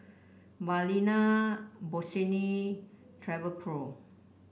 Balina Bossini Travelpro